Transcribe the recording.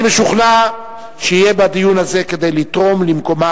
אני משוכנע שיהיה בדיון הזה כדי לתרום למקומה